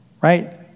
Right